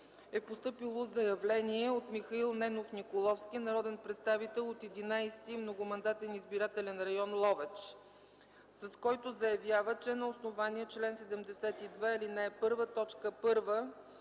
е постъпило заявление от Михаил Ненов Николовски, народен представител от 11. многомандатен избирателен район Ловеч, с което заявява, че на основание чл. 72, ал. 1,